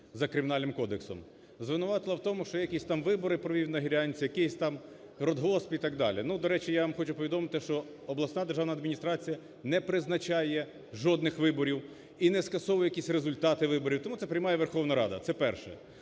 за Кримінальним кодексом. Звинуватили в тому, що якісь там вибори провів в Нагірянці, якийсь там радгосп і так далі. До речі, я вам хочу повідомити, що обласна державна адміністрація не призначає жодних виборів і не скасовує якісь результати виборів, тому це приймає Верховна Рада – це перше.